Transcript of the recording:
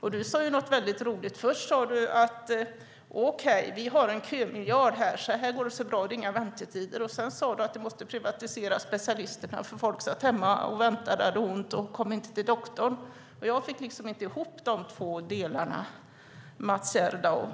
Du sade något väldigt roligt. Först sade du: Okej, här har vi en kömiljard, här går det så bra, och det är inga väntetider. Men sedan sade du att specialisterna måste privatiseras eftersom folk satt hemma och väntade och hade ont och inte kom till doktorn. Jag fick inte ihop de två delarna, Mats Gerdau.